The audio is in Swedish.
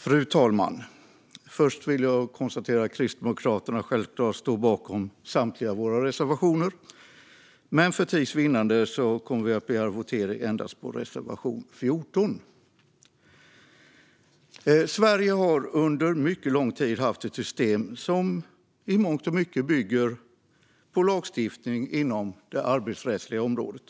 Fru talman! Först vill jag konstatera att vi i Kristdemokraterna självklart står bakom samtliga våra reservationer, men för tids vinnande kommer vi att begära votering endast när det gäller reservation 14. Sverige har under mycket lång tid haft ett system som i mångt och mycket bygger på lagstiftning inom det arbetsrättsliga området.